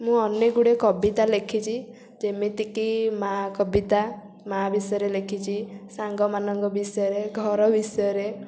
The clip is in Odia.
ମୁଁ ଅନେକ ଗୁଡ଼ିଏ କବିତା ଲେଖିଛି ଯେମିତିକି ମା କବିତା ମା ବିଷୟରେ ଲେଖିଛି ସାଙ୍ଗ ମାନଙ୍କ ବିଷୟରେ ଘର ବିଷୟରେ